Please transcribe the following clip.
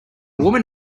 woman